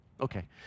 Okay